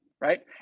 right